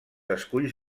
esculls